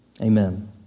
amen